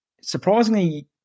surprisingly